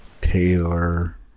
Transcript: Taylor